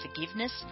forgiveness